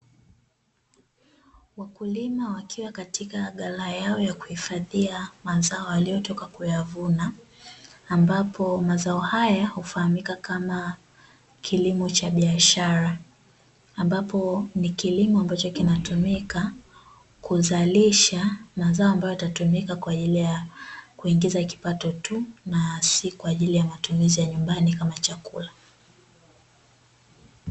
Wakulima wakiwa katika ghala yao ya kuhifadhia mazao waliyotoka kuyavuna. Ambapo mazao haya hufahamika kama kilimo cha biashara ambapo ni kilimo ambacho kinatumika kuzalisha mazao ambayo yatatumika kwa ajili ya kuingiza kipato tu na si kwa ajili ya matumizi ya nyumbani kama chakula.